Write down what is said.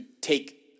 take